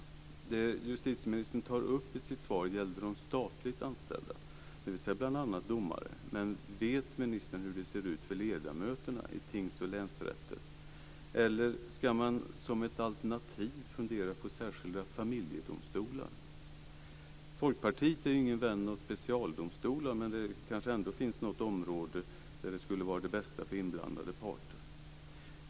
Det som justitieministern tar upp i sitt svar gäller de statligt anställda, dvs. bl.a. domare. Men vet ministern hur det ser ut när det gäller ledamöterna i tings och länsrätter? Eller ska man som ett alternativ fundera på särskilda familjedomstolar? Folkpartiet är ingen vän av specialdomstolar, men det kanske ändå finns något område där det skulle vara det bästa för inblandade parter.